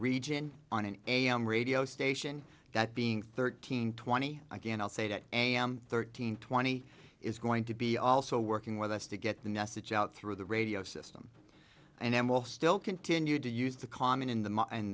region on an am radio station that being thirteen twenty again i'll say that i am thirteen twenty is going to be also working with us to get the message out through the radio system and we'll still continue to use the common in the and